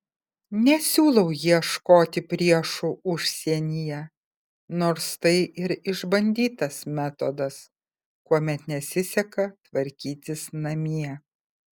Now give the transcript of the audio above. nesiūlau ieškoti priešų užsienyje nors tai ir išbandytas metodas kuomet nesiseka tvarkytis namie